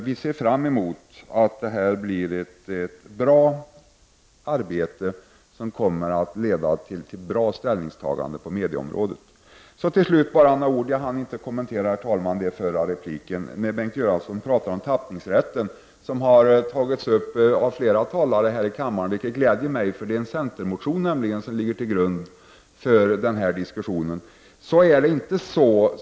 Vi ser fram emot att detta blir ett bra arbete som kommer att leda till bra ställningstaganden på medieområdet. Till slut, herr talman, några ord om en fråga som jag inte hann kommentera i min förra replik, nämligen tappningsrätten, som Bengt Göransson tog upp. Denna fråga har tagits upp av flera talare här i kammaren, vilket glädjer mig, eftersom det är en centermotion som ligger till grund för diskussionen.